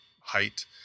height